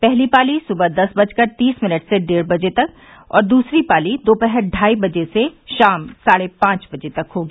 पहली पाली सुबह दस बजकर तीस मिनट से डेढ बजे तक तथा दूसरी पाली दोपहर ढाई बजे से शाम साढे पांच बजे तक होगी